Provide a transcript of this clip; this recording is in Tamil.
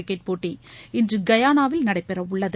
கிரிக்கெட் போட்டி இன்று கயானாவில் நடைபெறவுள்ளது